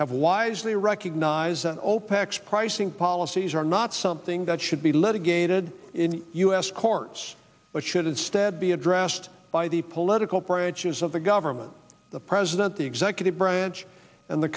have wisely recognized that opec's pricing policies are not something that should be litigated in u s courts but should instead be addressed by the political priorities of the government the president the executive branch and the